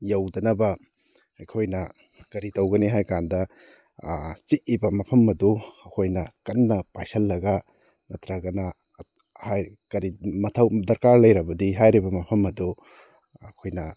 ꯌꯧꯗꯅꯕ ꯑꯩꯈꯣꯏꯅ ꯀꯔꯤ ꯇꯧꯒꯅꯤ ꯍꯥꯏ ꯀꯥꯟꯗ ꯆꯤꯛꯏꯕ ꯃꯐꯝ ꯑꯗꯨ ꯑꯩꯈꯣꯏꯅ ꯀꯟꯅ ꯄꯥꯏꯁꯤꯜꯂꯒ ꯅꯠꯇ꯭ꯔꯒꯅ ꯀꯔꯤ ꯃꯊꯧ ꯗꯔꯀꯥꯔ ꯂꯩꯔꯕꯗꯤ ꯍꯥꯏꯔꯤꯕ ꯃꯐꯝ ꯑꯗꯨ ꯑꯩꯈꯣꯏꯅ